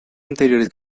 anteriores